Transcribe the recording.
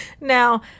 Now